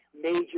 major